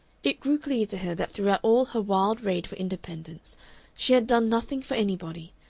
it grew clear to her that throughout all her wild raid for independence she had done nothing for anybody,